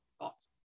Thoughts